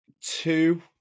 two